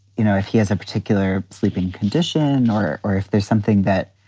you know, if he has a particular sleeping condition or or if there's something that,